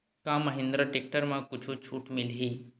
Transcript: का महिंद्रा टेक्टर म कुछु छुट मिलही?